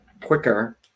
quicker